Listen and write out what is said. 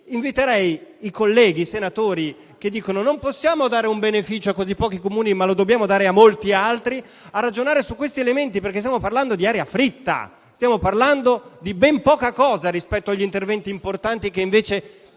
inviterei i colleghi senatori che dicono che non possiamo dare un beneficio a così pochi Comuni, ma lo dobbiamo dare a molti altri, a ragionare su questi elementi, perché stiamo parlando di aria fritta, stiamo parlando di ben poca cosa rispetto agli interventi importanti che invece